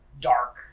dark